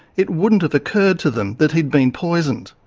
it wouldn't have occurred to them that he'd been poisoned.